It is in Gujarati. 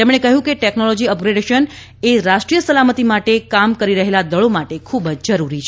તેમણે કહ્યું કે ટેકનોલોજી અપત્રોડેશનએ રાષ્ટ્રીય સલામતી માટે કામ કરી રહેલા દળો માટે ખૂબ જરૂરી છે